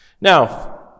Now